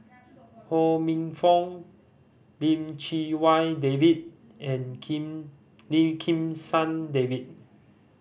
Ho Minfong Lim Chee Wai David and Kim Lim Kim San David